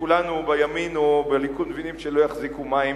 שכולנו בימין או בליכוד מבינים שלא יחזיקו מים